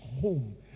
home